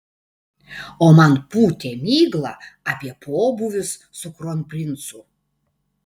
o man pūtė miglą apie pobūvius su kronprincu